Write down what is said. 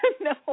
No